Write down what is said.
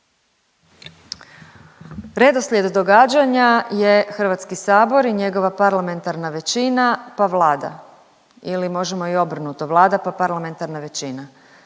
Redoslijed događanja je HS i njegova parlamentarna većina pa Vlada ili možemo i obrnuto Vlada pa parlamentarna većina,